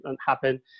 happen